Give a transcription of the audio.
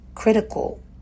Critical